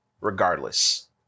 regardless